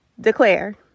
Declare